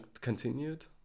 continued